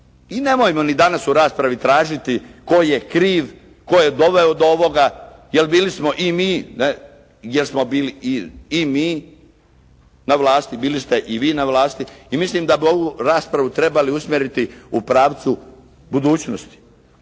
i nemojmo ni danas u raspravi tražiti tko je kriv, tko je doveo do ovoga, jer bili smo i mi, jer smo bili i mi na vlasti, bili ste i vi na vlasti i mislim da bi ovu raspravu trebali usmjeriti u pravcu budućnosti.